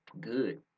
good